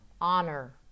honor